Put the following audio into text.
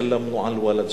חלמנו על וולג'ה,